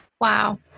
Wow